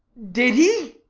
did he?